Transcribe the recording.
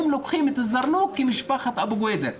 אם לוקחים את זרנוג כמשפחת אבו קויאדר,